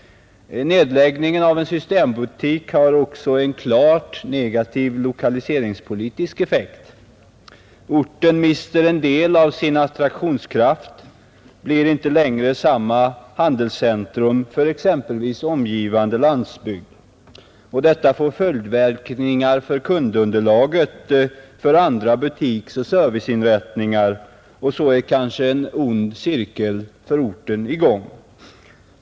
Nedläggningen av en systembutik har också en klart negativ lokaliseringspolitisk effekt. Orten mister en del av sin attraktionskraft, blir inte längre samma handelscentrum för exempelvis omgivande landsbygd. Detta får följdverkningar för kundunderlaget för andra butiks 5 och serviceinrättningar, och så är kanske en ond cirkel i gång för orten.